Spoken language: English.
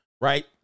Right